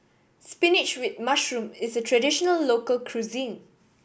spinach with mushroom is a traditional local cuisine